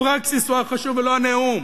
שהפרקסיס הוא החשוב ולא הנאום.